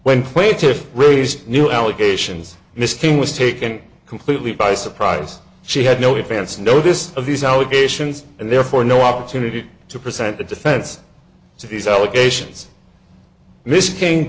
when plaintiffs raised new allegations miss king was taken completely by surprise she had no a fancy notice of these allegations and therefore no opportunity to present a defense to these allegations m